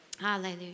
Hallelujah